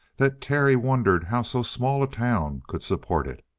that terry wondered how so small a town could support it.